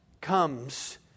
comes